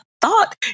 thought